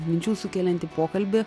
minčių sukeliantį pokalbį